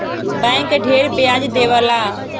bank ढेर ब्याज देवला